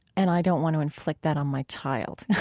and i don't want to inflict that on my child